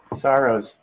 sorrows